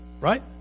right